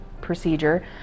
procedure